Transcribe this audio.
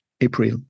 April